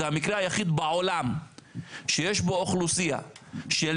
זה המקרה היחיד בעולם שיש בו אוכלוסייה של